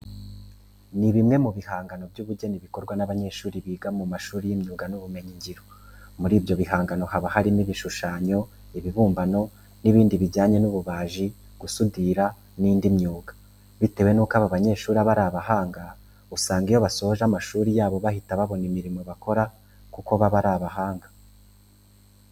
Ni bimwe mu bihangano by'ubugeni bikorwa n'abanyeshuri biga mu mashuri y'imyuga n'ibumenyingiro. Muri ibyo bihangano haba harimo ibishushanyo, ibibumbano n'ibindi bijyanye n'ububaji, gusudira n'indi myuga. Bitewe nuko aba banyeshuri baba ari abahanga usanga iyo basoje amashuri yabo bahita babona imirimo bakora kuko baba ari abahanga.